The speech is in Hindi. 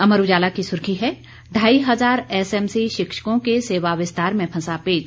अमर उजाला की सुर्खी है ढाई हजार एसएमसी शिक्षकों के सेवा विस्तार में फंसा पेच